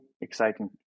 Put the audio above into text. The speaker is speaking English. exciting